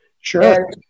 Sure